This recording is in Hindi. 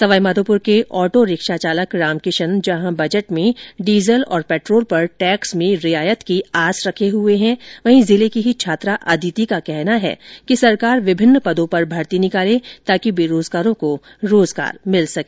सवाई माधोपुर के ऑटो रिक्शा चालक रामकिशन जहां बजट में डीजल और पेट्रोल पर टैक्स में रियायत की आस रखे हुए हैं वहीं जिले की ही छात्रा अदिति का कहना है कि सरकार विभिन्न पदों पर भर्ती निकाले ताकि बेरोजगारों को रोजगार मिल सके